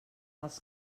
als